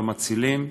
של המצילים,